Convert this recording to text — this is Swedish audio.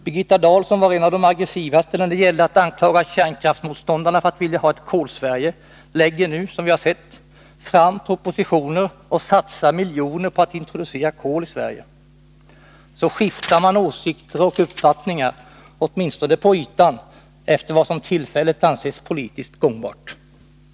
Birgitta Dahl som var en av de aggressivaste när det gällde att anklaga kärnkraftsmotståndare för att vilja ha ett Kolsverige lägger nu, som vi har sett, fram propositioner och satsar miljoner på att introducera kol i Sverige. Så skiftar man åsikter och uppfattningar, åtminstone på ytan, efter vad som för tillfället anses politiskt gångbart.